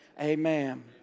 Amen